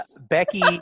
Becky